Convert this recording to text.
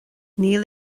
níl